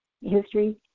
history